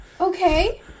Okay